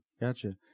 gotcha